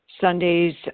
Sunday's